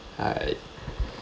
hi